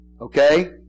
okay